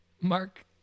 Mark